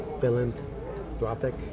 philanthropic